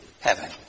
heaven